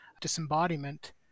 disembodiment